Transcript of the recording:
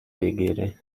بگیره